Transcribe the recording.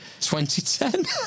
2010